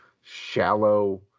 shallow